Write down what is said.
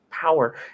power